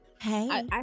Hey